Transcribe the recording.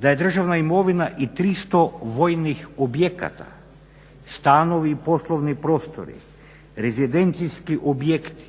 da je državna imovina i 300 vojnih objekata, stanovi i poslovni prostori, rezidencijski objekti,